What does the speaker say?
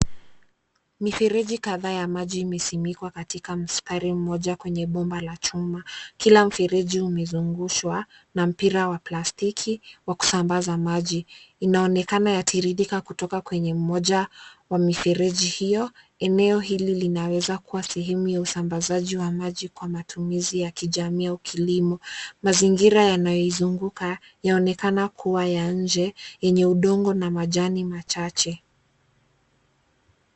Mifereji kadhaa ya maji imesimikwa katika mstari mmoja kwenye bomba la chuma, kila mfereji umezungushwa, na mpira wa plastiki, wakusambaza maji, inaonekana yatiririka kutoka kwenye mmoja, wa mifereji hio, eneo hili linaweza kuwa sehemu ya usambazaji wa maji kwa matumizi ya kijamii au kilimo, mazingira yanayoizunguka, yaonekana kuwa ya nje, yenye udongo na majani machache.